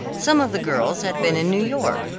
some of the girls had been in new york,